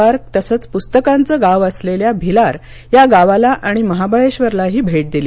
park तसंच पुस्तकांचं गाव असलंल्या भिलार या गावाला आणि महाबळेश्वरलाही भेट दिली